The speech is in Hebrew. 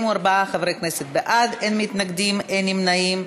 44 חברי כנסת בעד, אין מתנגדים, אין נמנעים.